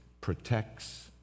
protects